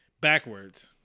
backwards